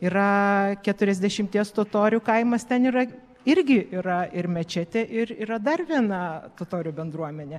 yra keturiasdešimties totorių kaimas ten yra irgi yra ir mečetė ir yra dar viena totorių bendruomenė